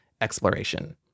exploration